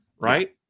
Right